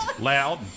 Loud